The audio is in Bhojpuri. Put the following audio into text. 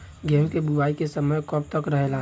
गेहूँ के बुवाई के समय कब तक रहेला?